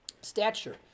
Stature